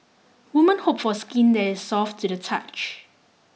women hope for skin that is soft to the touch